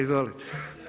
Izvolite.